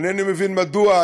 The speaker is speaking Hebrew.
אינני מבין מדוע,